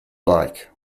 like